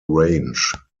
range